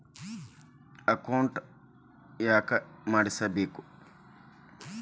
Account ಯಾಕ್ ಮಾಡಿಸಬೇಕು?